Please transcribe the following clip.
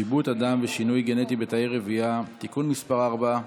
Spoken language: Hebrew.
(שיבוט אדם ושינוי גנטי בתאי רבייה) (תיקון מס' 4),